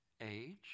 age